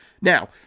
Now